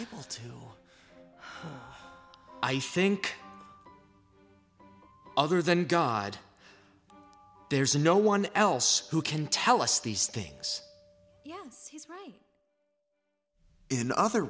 what i think other than god there's no one else who can tell us these things yeah right in other